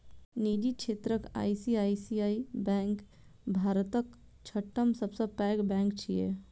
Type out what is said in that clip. निजी क्षेत्रक ICICI bank भारतक छठम सबसं पैघ बैंक छियै